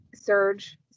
surge